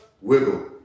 Wiggle